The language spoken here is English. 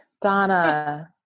Donna